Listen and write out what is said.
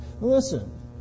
Listen